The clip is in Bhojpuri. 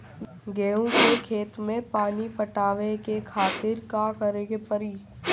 गेहूँ के खेत मे पानी पटावे के खातीर का करे के परी?